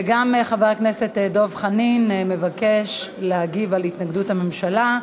גם חבר הכנסת דב חנין מבקש להגיב על התנגדות הממשלה.